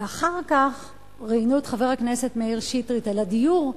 ואחר כך ראיינו את חבר הכנסת מאיר שטרית על הדיור,